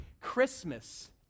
Christmas